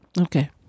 Okay